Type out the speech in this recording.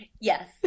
Yes